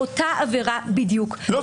להכניס לאותה עבירה בדיוק --- לא.